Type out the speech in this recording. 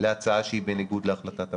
להצעה שהיא בניגוד להחלטת הממשלה.